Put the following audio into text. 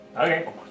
Okay